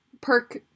perk